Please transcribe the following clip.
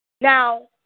Now